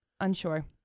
unsure